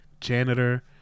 janitor